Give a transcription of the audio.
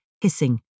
hissing